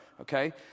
okay